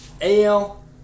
AL